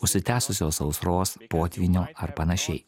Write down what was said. užsitęsusios sausros potvynio ar panašiai